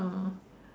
uh